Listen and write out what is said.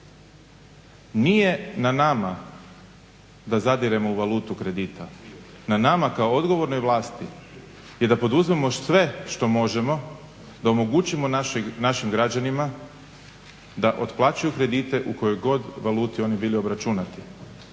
Nije na nama da zadiremo u valutu kredita na nama kao odgovornoj vlasti je da poduzmemo sve što možemo da omogućimo našim građanima da otplaćuju kredite u kojoj god valuti oni bili obračunati.